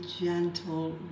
gentle